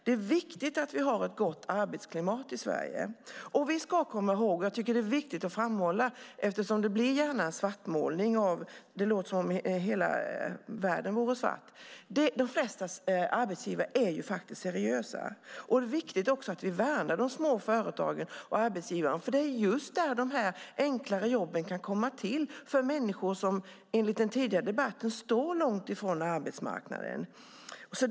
Det är viktigt att vi har ett gott arbetsklimat i Sverige. Det blir gärna en svartmålning här, och därför vill jag påminna om att de flesta arbetsgivare är seriösa. Det är viktigt att vi värnar de små företagen och arbetsgivarna, för det är just där som dessa enklare jobb kan komma till för dem som står långt från arbetsmarknaden, precis som vi sade i den tidigare debatten.